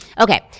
Okay